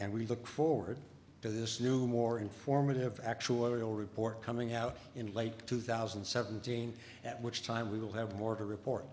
and we look forward to this new more informative actual report coming out in late two thousand and seventeen at which time we will have more to report